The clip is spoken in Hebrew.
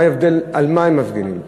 מה ההבדל על מה הם מפגינים?